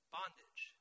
bondage